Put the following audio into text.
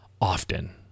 often